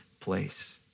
place